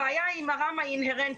הבעיה עם הראמ"ה היא אינהרנטית.